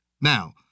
Now